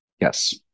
Yes